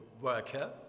worker